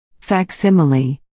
Facsimile